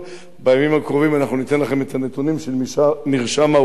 בימים הקרובים אנחנו ניתן לכם את הנתונים של מרשם האוכלוסין.